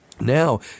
now